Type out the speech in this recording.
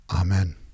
Amen